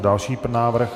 Další návrh.